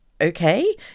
Okay